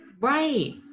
right